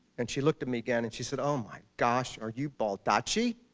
and she looked at me again, and she said, oh, my gosh. are you baldacci!